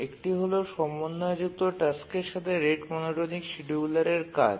একটি হল সমন্বয় যুক্ত টাস্কের সাথে রেট মনোটোনিক শিডিয়ুলারের কাজ